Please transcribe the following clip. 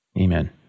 Amen